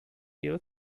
ihre